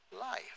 life